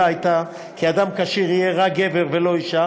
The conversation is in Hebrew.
הייתה כי אדם כשיר יהיה רק גבר ולא אישה,